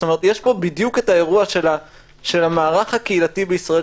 יש פה בדיוק את האירוע של המערך הקהילתי בישראל,